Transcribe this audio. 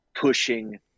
pushing